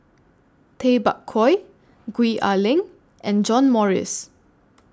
Tay Bak Koi Gwee Ah Leng and John Morrice